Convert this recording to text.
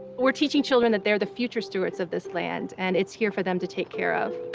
we're teaching children that they're the future stewards of this land, and it's here for them to take care of.